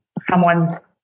someone's